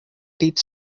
teach